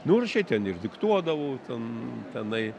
nu aš jai ten ir diktuodavau ten tenai